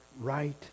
right